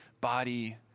body